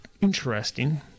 interesting